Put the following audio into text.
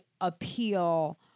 appeal